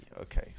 Okay